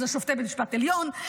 שזה שופטי בית המשפט העליון,